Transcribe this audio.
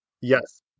Yes